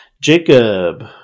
Jacob